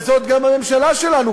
וזאת גם הממשלה שלנו,